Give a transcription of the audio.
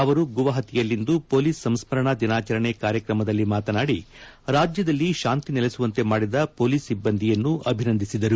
ಅವರು ಗುವಾಹತಿಯಲ್ಲಿಂದು ಪೊಲೀಸ್ ಸಂಸ್ಕರಣಾ ದಿನಾಚರಣೆ ಕಾರ್ಯಕ್ರಮದಲ್ಲಿ ಮಾತನಾಡಿ ರಾಜ್ಯದಲ್ಲಿ ಶಾಂತಿ ನೆಲೆಸುವಂತೆ ಮಾಡಿದ ಪೊಲೀಸ್ ಸಿಬ್ಬಂದಿಯನ್ನು ಅಭಿನಂದಿಸಿದರು